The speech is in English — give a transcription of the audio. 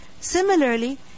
Similarly